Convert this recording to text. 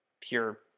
Pure